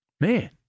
Man